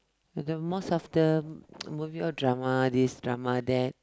the most of the movie all drama this drama that